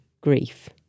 grief